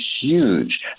huge